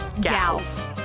Gals